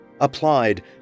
applied